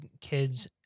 kids